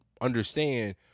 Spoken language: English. understand